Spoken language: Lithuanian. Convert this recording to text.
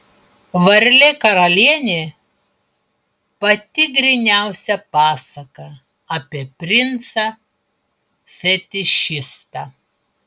varlė karalienė pati gryniausia pasaka apie princą fetišistą